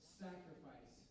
sacrifice